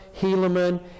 Helaman